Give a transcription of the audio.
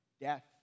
death